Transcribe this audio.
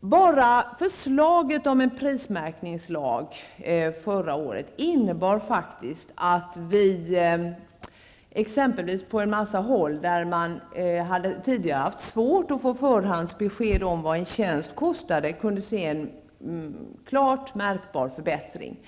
Bara förslaget om en prismärkningslag förra året innebar faktiskt att vi på en mängd områden, där man tidigare hade haft svårt att få förhandsbesked om vad en tjänst kostade, kunde se en klart märkbar förbättring.